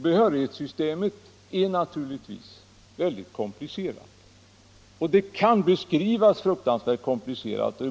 Behörighetssystemet är naturligtvis komplicerat, och det kan beskrivas fruktansvärt komplicerat.